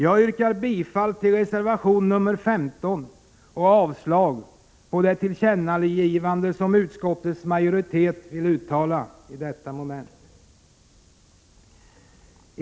Jag yrkar bifall till reservation 15 och avslag beträffande det tillkännagivande som utskottets majoritet vill göra under detta moment.